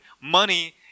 money